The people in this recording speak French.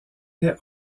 n’est